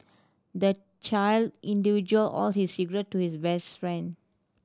the child all his secret to his best friend